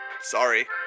sorry